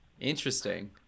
Interesting